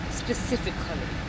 specifically